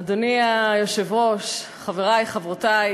אדוני היושב-ראש, חברי וחברותי